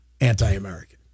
anti-American